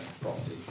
property